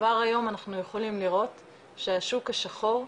כבר היום אנחנו יכולים לראות שהשוק השחור,